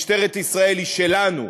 משטרת ישראל שלנו.